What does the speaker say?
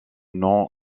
nom